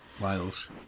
Wales